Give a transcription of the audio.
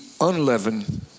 unleavened